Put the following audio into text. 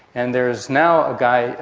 and there is now a guy,